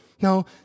no